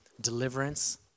deliverance